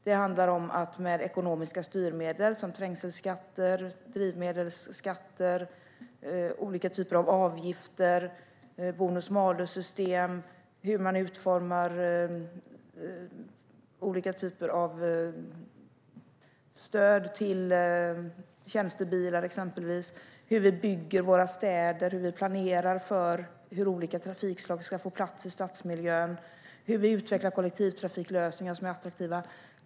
Det handlar om ekonomiska styrmedel såsom trängselskatter, drivmedelsskatter, olika typer av avgifter, bonus-malus-system och hur man utformar olika typer av stöd till exempelvis tjänstebilar. Det handlar om hur vi bygger våra städer och hur vi planerar för hur olika trafikslag ska få plats i stadsmiljön och hur vi utvecklar kollektivtrafiklösningar som är attraktiva.